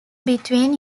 between